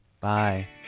Bye